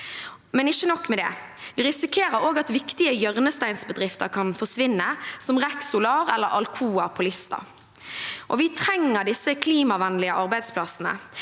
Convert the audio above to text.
Men ikke nok med det, vi risikerer også at viktige hjørnesteinsbedrifter kan forsvinne, som REC Solar eller Alcoa Lista. Vi trenger disse klimavennlige arbeidsplassene.